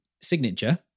signature